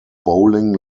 bowling